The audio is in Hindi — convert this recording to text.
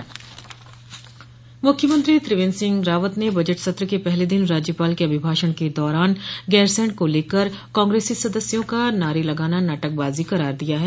पत्रकार वार्ता मुख्यमंत्री त्रिवेन्द्र सिंह रावत ने बजट सत्र के पहले दिन राज्यपाल के अभिभाषण के दौरान गैरसैंण को लेकर कांग्रेसी सदस्यों का नारे लगाना नाटकबाजी करार दिया है